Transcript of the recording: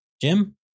Jim